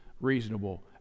reasonable